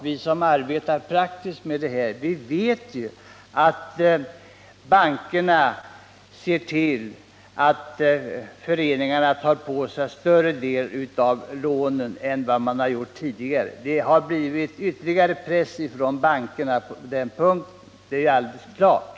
Vi som arbetar praktiskt med dessa frågor vet att bankerna ser till att föreningarna tar på sig större del av lånen än vad de gjort tidigare. Det har blivit ytterligare press från bankerna på den punkten, det är alldeles uppenbart.